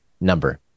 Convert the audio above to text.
number